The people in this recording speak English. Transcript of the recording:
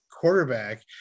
quarterback